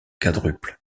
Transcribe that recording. quadruple